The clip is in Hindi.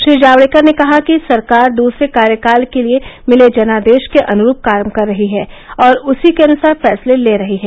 श्री जावड़ेकर ने कहा कि सरकार दूसरे कार्यकाल के लिये मिले जनादेष के अनुरूप काम कर रही है और उसी के अनुसार फैसले ले रही है